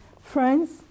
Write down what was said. Friends